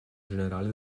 generale